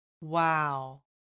wow